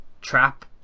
trap